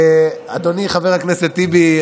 אדוני חבר הכנסת טיבי,